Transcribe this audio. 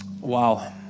Wow